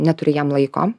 neturi jam laiko